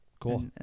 Cool